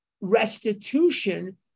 Restitution